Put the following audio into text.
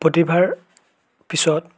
প্ৰতিভাৰ পিছত